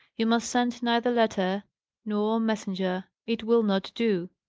you must send neither letter nor messenger. it will not do.